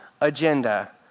agenda